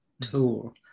tool